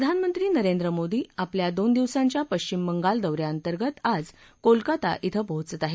प्रधानमंत्री नरेंद्र मोदी आपल्या दोन दिवसांच्या पश्चिम बंगाल दौऱ्याअंतर्गत आज कोलकाता ध्व पोहोचत आहेत